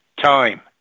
time